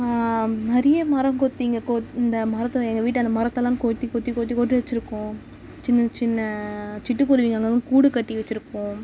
நிறைய மரங்கொத்திங்கள் கொத் இந்த மரத்தை எங்கள் வீட்டாண்ட மரத்தெல்லாம் கொத்தி கொத்தி கொத்தி கொத்தி வச்சுருக்கும் சின்னச்சின்ன சிட்டு குருவிங்கள் அங்கங்கே கூடு கட்டி வச்சுருக்கும்